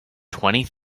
twenty